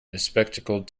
bespectacled